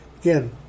again